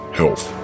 health